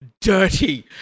dirty